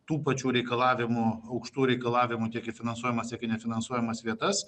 tų pačių reikalavimų aukštų reikalavimų tiek į finansuojamas tiek į nefinansuojamas vietas